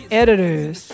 editors